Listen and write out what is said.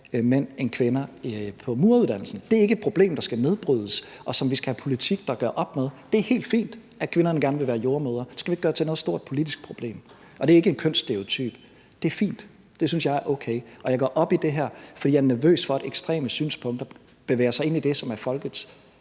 mænd end kvinder på mureruddannelsen. Det er ikke et problem, der skal nedbrydes, og som vi skal have politik, der gør op med. Det er helt fint, at kvinderne gerne vil være jordemødre. Det skal vi ikke gøre til noget stort politisk problem. Og det er ikke en kønsstereotyp. Det er fint. Det synes jeg er okay. Jeg går op i det her, fordi jeg er nervøs for, at ekstreme synspunkter bevæger sig ind i det, som er folkestyrets